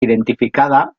identificada